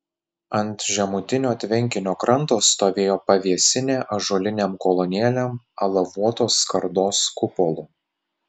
ant žemutinio tvenkinio kranto stovėjo pavėsinė ąžuolinėm kolonėlėm alavuotos skardos kupolu